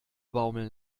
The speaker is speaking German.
baumeln